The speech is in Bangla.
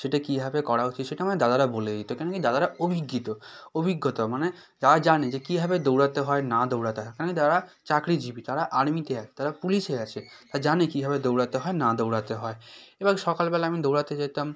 সেটা কীভাবে করা উচিত সেটা আমায় দাদারা বলে দিত কেন কী দাদারা অভিজ্ঞিত অভিজ্ঞতা মানে তারা জানে যে কীভাবে দৌড়াতে হয় না দৌড়াতে হয় কেন দাদারা চাকরিজীবী তারা আর্মিতে আছে তারা পুলিশে আছে তারা জানে কীভাবে দৌড়াতে হয় না দৌড়াতে হয় এবং সকালবেলা আমি দৌড়াতে যেতাম